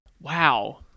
Wow